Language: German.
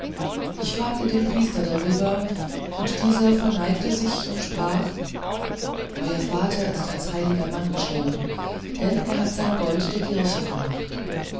ich fragte den priester darüber und dieser verneigte sich und sprach euer vater ist als ein heiliger mann gestorben denn er hat sein gold der kirche vermacht